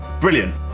Brilliant